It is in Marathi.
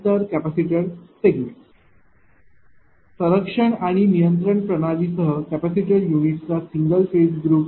नंतर आहे कॅपॅसिटर सेगमेंट संरक्षण आणि नियंत्रण प्रणाली सह कॅपॅसिटर युनिटचा सिंगल फेज ग्रुप